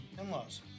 In-laws